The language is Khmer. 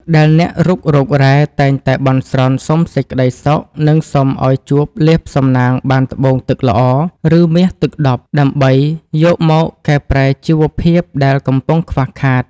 ដែលអ្នករុករករ៉ែតែងតែបន់ស្រន់សុំសេចក្តីសុខ និងសុំឱ្យជួបលាភសំណាងបានត្បូងទឹកល្អ ឬមាសទឹកដប់ ដើម្បីយកមកកែប្រែជីវភាពដែលកំពុងខ្វះខាត។